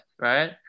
right